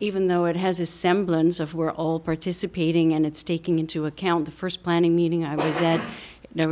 even though it has a semblance of we're all participating and it's taking into account the first planning meeting i was that there